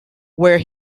where